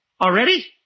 Already